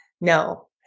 no